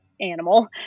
animal